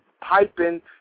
piping